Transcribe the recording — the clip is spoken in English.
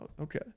Okay